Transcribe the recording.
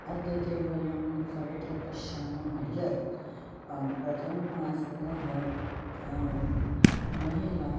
अद्यत्वे वयं सर्वत्र पश्यामः यत् प्रथममासतः महिला